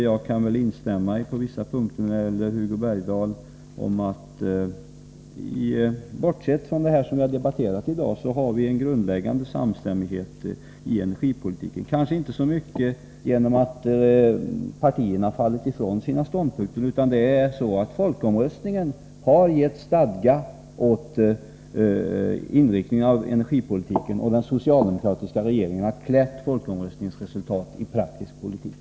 Jag kan på vissa punkter instämma i Hugo Bergdahls anförande. Bortsett från det som vi debatterat i dag har vi en grundläggande samstämmighet när det gäller energipolitiken — kanske inte så mycket på grund av att partierna har gått ifrån sina ståndpunkter utan på grund av att folkomröstningen har gett stadga åt inriktningen av energipolitiken. Den socialdemokratiska regeringen har klätt folkomröstningsresultatet i praktisk politik.